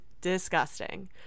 disgusting